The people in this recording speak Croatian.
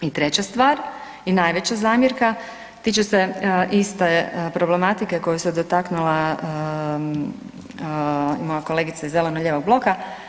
I treća stvar i najveća zamjerka tiče se iste problematike koje se dotaknula moja kolegica iz zeleno-lijevog bloka.